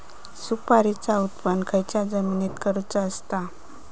सुपारीचा उत्त्पन खयच्या जमिनीत करूचा असता?